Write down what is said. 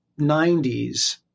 90s